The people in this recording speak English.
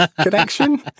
Connection